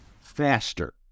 faster